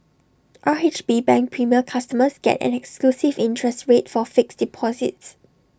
R H B bank premier customers get an exclusive interest rate for fixed deposits